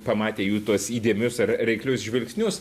pamatę jų tuos įdėmius ar reiklius žvilgsnius